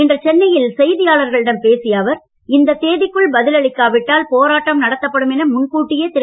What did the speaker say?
இன்று சென்னையில் செய்தியாளர்களிடம் பேசிய அவர் இந்த தேதிக்குள் பதில் அளிக்காவிட்டால் போராட்டம் நடத்தப்படும் என முன்கூட்டியே திரு